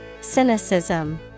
Cynicism